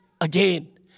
again